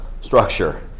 structure